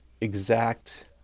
exact